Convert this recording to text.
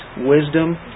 wisdom